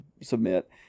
submit